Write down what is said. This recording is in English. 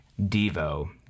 Devo